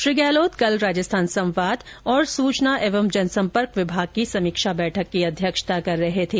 श्री गहलोत कल राजस्थान संवाद और सूचना एवं जनसंपर्क विभाग की समीक्षा बैठक की अध्यक्षता कर रहे थे